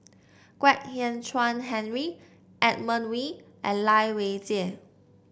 Kwek Hian Chuan Henry Edmund Wee and Lai Weijie